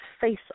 face